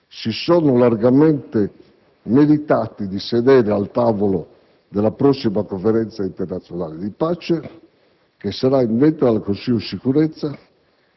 si sono largamente meritati di sedere al tavolo della prossima conferenza internazionale di pace che sarà indetta dal Consiglio di Sicurezza,